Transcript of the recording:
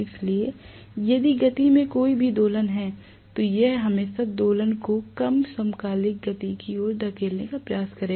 इसलिए यदि गति में कोई भी दोलन है तो यह हमेशा दोलन को कम कर समकालिक गति की ओर धकेलने का प्रयास करेगा